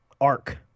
arc